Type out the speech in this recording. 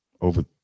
over